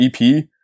EP